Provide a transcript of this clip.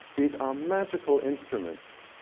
these are magical instruments,